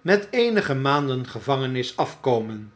met eenige maanden gevangenis afkomen